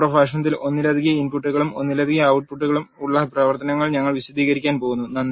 അടുത്ത പ്രഭാഷണത്തിൽ ഒന്നിലധികം ഇൻപുട്ടുകളും ഒന്നിലധികം ഔട്ട്പുട്ട്കളും ഉള്ള പ്രവർത്തനങ്ങൾ ഞങ്ങൾ വിശദീകരിക്കാൻ പോകുന്നു